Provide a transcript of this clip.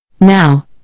Now